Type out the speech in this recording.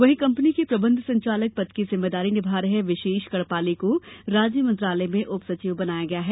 वहीं कंपनी के प्रबंध संचालक पद की जिम्मेदारी निभा रहे विशेष गणपाले को राज्य मंत्रालय में उपसचिव बनाया गया है